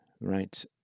right